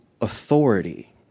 authority